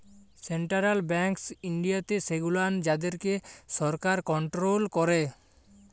central banks ইনডিয়াতে সেগুলান যাদেরকে সরকার কনটোরোল ক্যারে